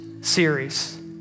series